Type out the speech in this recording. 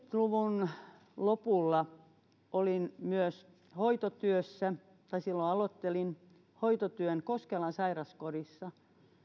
luvun lopulla olin myös hoitotyössä tai silloin aloittelin hoitotyön koskelan sairaskodissa